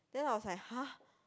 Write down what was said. then I was like !huh!